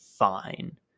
fine